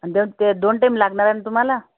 आणि दोन दोन टाइम लागणार आहे ना तुम्हाला